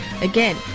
Again